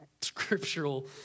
scriptural